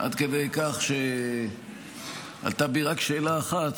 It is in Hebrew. עד כדי כך שעלתה בי רק שאלה אחת: